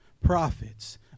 prophets